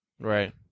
right